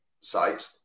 site